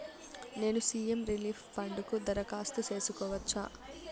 నేను CM relief fund కు దరఖాస్తు సేసుకోవచ్చా?